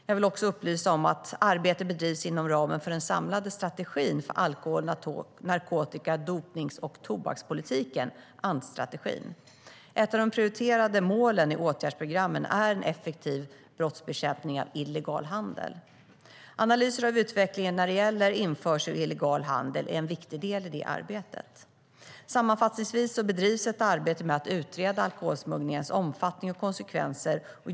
Jag vill också upplysa om att arbete bedrivs inom ramen för den samlade strategin för alkohol-, narkotika-, dopnings och tobakspolitiken . Ett av de prioriterade målen i åtgärdsprogrammen är en effektiv brottsbekämpning av illegal handel. Analyser av utvecklingen när det gäller införsel och illegal handel är en viktig del i det arbetet. Sammanfattningsvis bedrivs ett arbete med att utreda alkoholsmugglingens omfattning och konsekvenser.